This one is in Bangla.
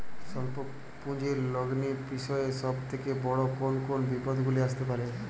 স্বল্প পুঁজির লগ্নি বিষয়ে সব থেকে বড় কোন কোন বিপদগুলি আসতে পারে?